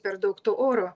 per daug to oro